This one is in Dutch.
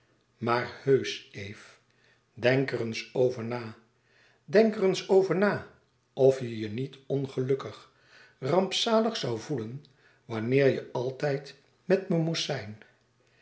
maar heusch eve denk er eens over na denk er eens over na of je je niet ongelukkig rampzalig zoû voelen wanneer je altijd met me moest zijn